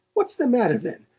what's the matter, then?